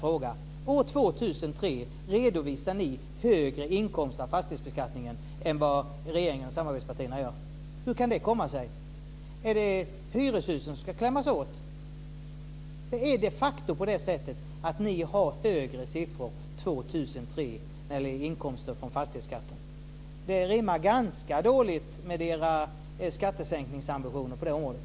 För år 2003 redovisar ni högre inkomster av fastighetsbeskattningen än vad regeringen och samarbetspartierna gör. Hur kan det komma sig? Är det hyreshusen som ska klämmas åt? Ni har de facto högre siffror för år 2003 när det gäller inkomster från fastighetsskatten. Detta rimmar ganska dåligt med era skattesänkningsambitioner på området.